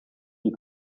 you